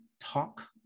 talk